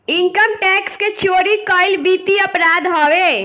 income tax के चोरी कईल वित्तीय अपराध हवे